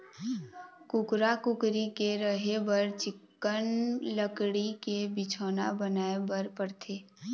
कुकरा, कुकरी के रहें बर चिक्कन लकड़ी के बिछौना बनाए बर परथे